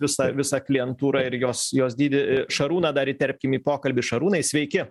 visą visą klientūrą ir jos jos dydį šarūną dar įterpkim į pokalbį šarūnai sveiki